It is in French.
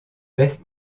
best